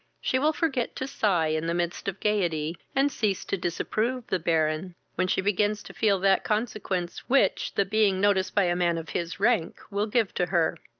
she will forget to sigh in the midst of gaiety, and cease to disapprove the baron, when she begins to feel that consequence which the being noticed by a man of his rank will give to her.